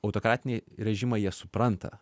autokratiniai režimai jie supranta